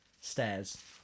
stairs